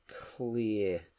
clear